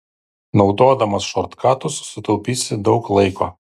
naudodamas šortkatus sutaupysi daug laiko